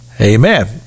amen